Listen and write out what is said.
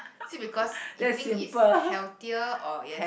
is it because it thinks it's healthier or yes